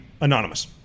anonymous